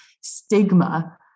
stigma